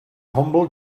humble